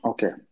Okay